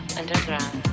underground